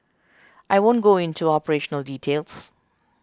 I won't go into operational details